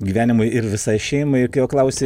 gyvenimui ir visai šeimai ir kai jo klausi